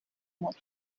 moto